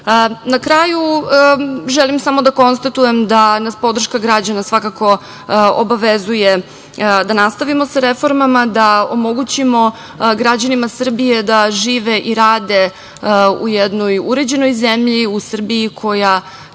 kraju, želim samo da konstatujem da nas podrška građana svakako obavezuje da nastavimo sa reformama, da omogućimo građanima Srbije da žive i rade u jednoj uređenoj zemlji, u Srbiji koja